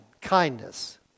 kindness